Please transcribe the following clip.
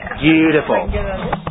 beautiful